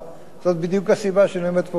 זאת בדיוק הסיבה שאני עומד פה ומסביר.